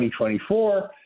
2024